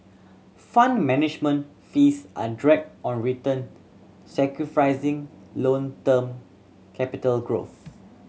Fund Management fees are drag on return sacrificing long term capital growth